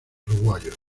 uruguayos